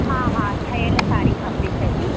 हा हा ठहियल साड़ी खपे सॼी